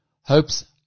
hopes